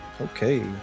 Okay